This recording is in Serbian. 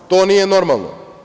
To nije normalno.